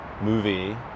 movie